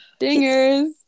Dingers